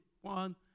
one